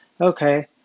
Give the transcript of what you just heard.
okay